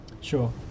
Sure